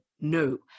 no